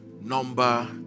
number